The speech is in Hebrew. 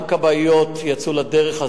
גם כבאיות יצאו לדרך.